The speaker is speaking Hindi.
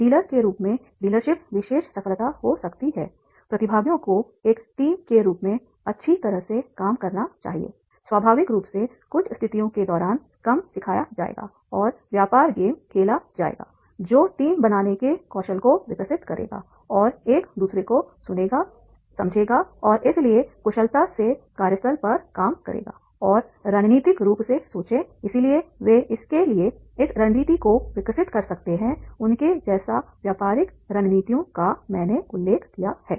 एक डीलर के रूप में डीलरशिप विशेष सफलता हो सकती हैप्रतिभागियों को एक टीम के रूप में अच्छी तरह से काम करना चाहिए स्वाभाविक रूप से कुछ स्थितियों के दौरान कम सिखाया जाएगा और व्यापार गेम खेला जाएगा जो टीम बनाने के कौशल को विकसित करेगा और एक दूसरे को सुनेगा समझेगा और इसलिए कुशलता से कार्यस्थल पर काम करेगा और रणनीतिक रूप से सोचें इसलिएवे इसके लिए इस रणनीति को विकसित कर सकते हैं उनके जैसा व्यापारिक रणनीतियों का मैंने उल्लेख किया है